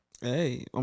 Hey